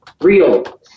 real